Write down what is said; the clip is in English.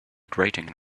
grating